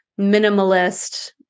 minimalist